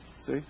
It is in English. See